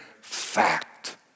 fact